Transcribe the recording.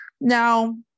Now